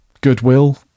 goodwill